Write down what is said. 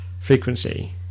frequency